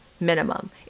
minimum